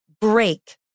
break